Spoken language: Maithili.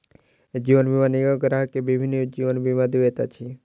जीवन बीमा निगम ग्राहक के विभिन्न जीवन बीमा दैत अछि